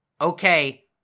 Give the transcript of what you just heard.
okay